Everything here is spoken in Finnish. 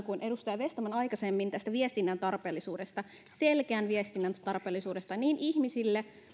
kuin edustaja vestman aikaisemmin tämän viestinnän tarpeellisuutta selkeän viestinnän tarpeellisuutta niin ihmisille